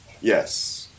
Yes